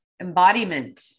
embodiment